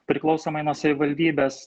priklausomai nuo savivaldybės